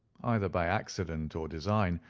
either by accident or design,